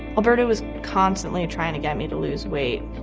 alberto was constantly trying to get me to lose weight.